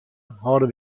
hâlde